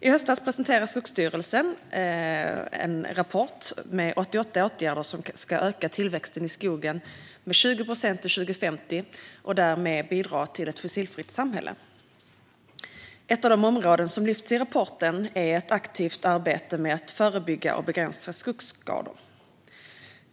I höstas presenterade Skogsstyrelsen en rapport med 88 åtgärder som ska öka tillväxten i skogen med 20 procent till 2050 och därmed bidra till ett fossilfritt samhälle. Ett av de områden som lyfts fram i rapporten är ett aktivt arbete med att förebygga och begränsa skogsskador.